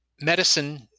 medicine